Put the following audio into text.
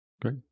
Great